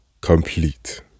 complete